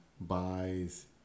buys